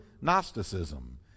Gnosticism